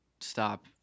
stop